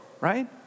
right